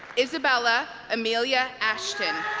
isabella amilia ashton